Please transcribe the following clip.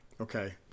okay